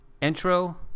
Intro